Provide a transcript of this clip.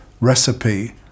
Recipe